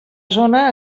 zona